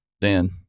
Dan